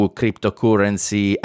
cryptocurrency